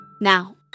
Now